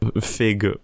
Fig